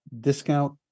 discount